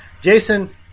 jason